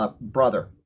brother